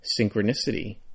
synchronicity